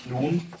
nun